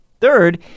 Third